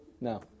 No